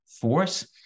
force